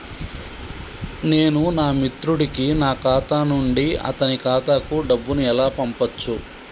నేను నా మిత్రుడి కి నా ఖాతా నుండి అతని ఖాతా కు డబ్బు ను ఎలా పంపచ్చు?